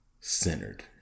centered